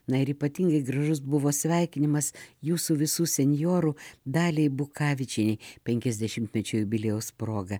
na ir ypatingai gražus buvo sveikinimas jūsų visų senjorų daliai bukavičienei penkiasdešimtmečio jubiliejaus proga